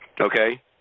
Okay